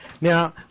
now